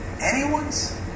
anyone's